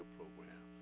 program